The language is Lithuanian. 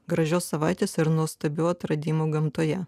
gražios savaitės ir nuostabių atradimų gamtoje